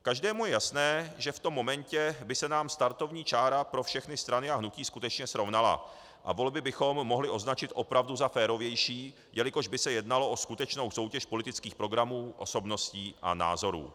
Každému je jasné, že v tom momentě by se nám startovní čára pro všechny strany a hnutí skutečně srovnala a volby bychom mohli označit opravdu za férovější, jelikož by se jednalo o skutečnou soutěž politických programů, osobností a názorů.